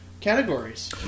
categories